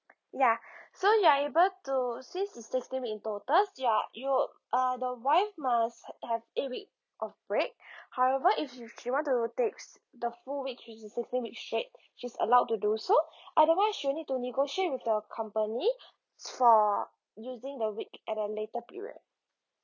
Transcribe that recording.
ya so you're able to since it's sixteen week in total ya you ah the wife must have eight week of break however if she she want to take s~ the full weeks which is sixteen weeks straight she's allowed to do so otherwise she'll need to negotiate with her company for using the week at a later period